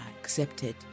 accepted